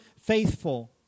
faithful